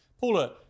Paula